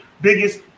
biggest